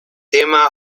tema